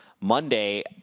Monday